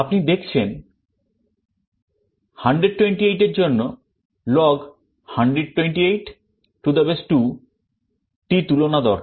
আপনি দেখছেন 128 এর জন্য log2128 টি তুলনা দরকার